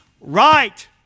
right